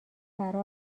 برا